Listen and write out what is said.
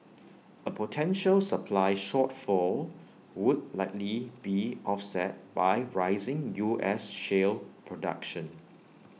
A potential supply shortfall would likely be offset by rising U S shale production